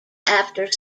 after